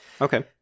Okay